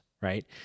right